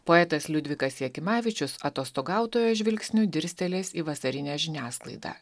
poetas liudvikas jakimavičius atostogautojo žvilgsniu dirstelės į vasarinę žiniasklaidą